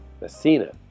Messina